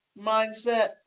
mindset